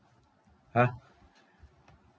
!huh!